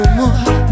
more